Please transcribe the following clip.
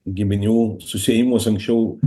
giminių susiėjimus anksčiau